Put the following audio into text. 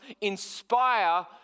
inspire